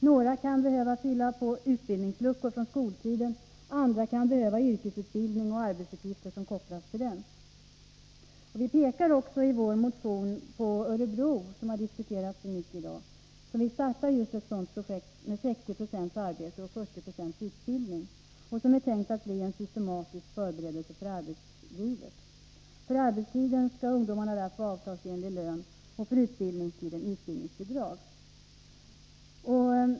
Några kan behöva fylla utbildningsluckor från skoltiden, andra kan behöva yrkesutbildning och arbetsuppgifter som kopplas till den. Vi pekar i vår motion också på Örebro kommun, som har diskuterats så mycket i dag. Man vill där starta just ett sådant projekt, med 60 96 arbete och 40 7 utbildning, som är tänkt att bli en systematisk förberedelse för arbetslivet. För arbetstiden skall ungdomarna där få avtalsenlig lön och för utbildningstiden utbildningsbidrag.